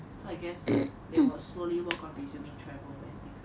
so I guess they will slowly work on resuming travel and things like